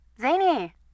Zany